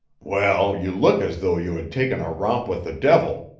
well, you look as though you had taken a romp with the devil,